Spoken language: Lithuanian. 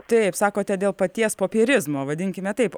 taip sakote dėl paties popierizmo vadinkime taip